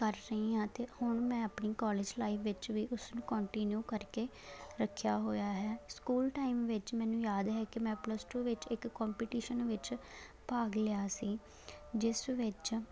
ਕਰ ਰਹੀ ਹਾਂ ਅਤੇ ਹੁਣ ਮੈਂ ਆਪਣੀ ਕਾਲਜ ਲਾਈਵ ਵਿੱਚ ਵੀ ਉਸਨੂੰ ਕੰਟੀਨਿਊ ਕਰਕੇ ਰੱਖਿਆ ਹੋਇਆ ਹੈ ਸਕੂਲ ਟਾਈਮ ਵਿੱਚ ਮੈਨੂੰ ਯਾਦ ਹੈ ਕਿ ਮੈਂ ਪਲਸ ਟੂ ਵਿੱਚ ਇੱਕ ਕੰਪੀਟੀਸ਼ਨ ਵਿੱਚ ਭਾਗ ਲਿਆ ਸੀ ਜਿਸ ਵਿੱਚ